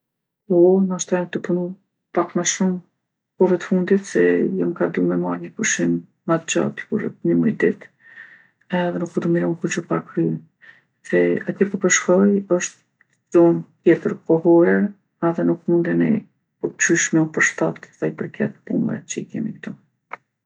Po, nashta jom tu punu pak ma shumë kohve t'fundit se jam kah du me marrë ni pushim ma t'gjatë, diku rreth ni muj ditë edhe nuk po du me lon kurgjo pa kry. Se atje ku po shkoj osht zonë tjetër kohore edhe nuk mundemi kurqysh me u përshtatë sa i përket punve që i kemi ktu.